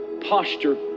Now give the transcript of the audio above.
posture